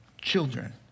children